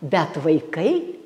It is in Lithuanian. bet vaikai